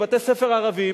מבתי-ספר ערביים,